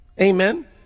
Amen